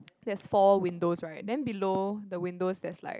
there's four windows right then below the windows there's like